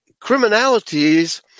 criminalities